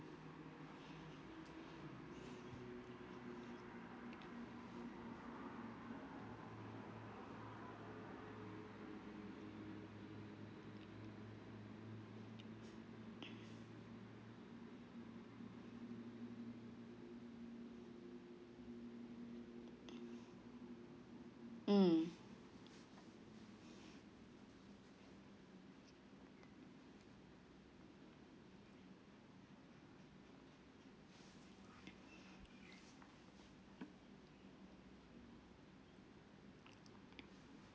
mm